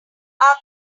group